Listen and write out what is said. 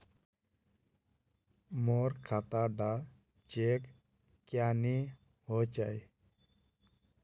मोर खाता डा चेक क्यानी होचए?